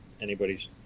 anybody's